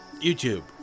YouTube